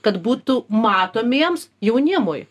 kad būtų matomiems jaunimui